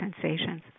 sensations